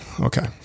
Okay